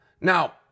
Now